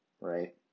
right